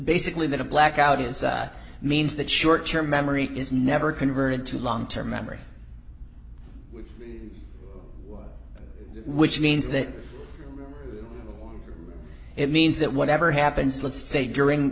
basically that a blackout is that means that short term memory is never converted to long term memory which means that it means that whatever happens let's say during